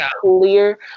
clear